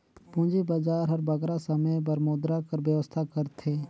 पूंजी बजार हर बगरा समे बर मुद्रा कर बेवस्था करथे